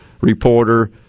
reporter